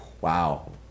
wow